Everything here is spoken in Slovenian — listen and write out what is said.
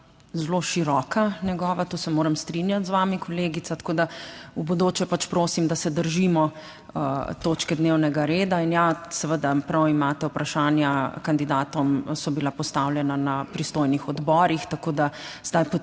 zelo široka njegova, tu se moram strinjati z vami, kolegica, tako da v bodoče pač prosim, da se držimo točke dnevnega reda in ja, seveda, prav imate, vprašanja kandidatom so bila postavljena na pristojnih odborih, tako da zdaj poteka